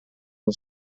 non